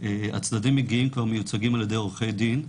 הצדדים מגיעים כבר מיוצגים על-ידי עורכי דין,